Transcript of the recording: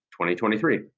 2023